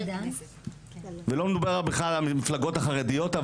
ואל מדובר בכלל על המפלגות החרדיות,